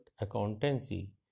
accountancy